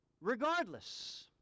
Regardless